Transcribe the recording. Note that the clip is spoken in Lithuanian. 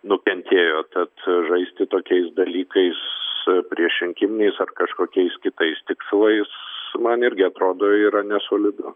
nukentėjo tad žaisti tokiais dalykais priešrinkiminiais ar kažkokiais kitais tikslais man irgi atrodo yra nesolidu